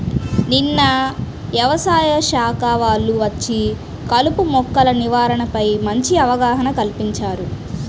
నిన్న యవసాయ శాఖ వాళ్ళు వచ్చి కలుపు మొక్కల నివారణపై మంచి అవగాహన కల్పించారు